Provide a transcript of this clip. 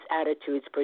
attitudes